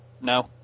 No